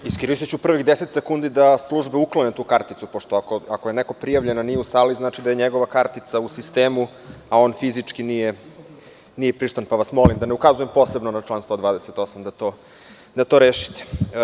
Iskoristiću prvih deset sekundi da službe uklone tu karticu, pošto, ako je neko prijavljen, a nije u sali, to znači da je njegova kartica u sistemu, a on fizički nije prisutan, pa vas molim, da ne ukazujem posebno na član 128, da to rešite.